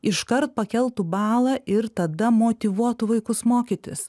iškart pakeltų balą ir tada motyvuotų vaikus mokytis